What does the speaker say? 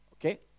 Okay